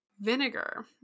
Vinegar